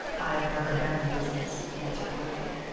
i have never been in business, he answered quickly.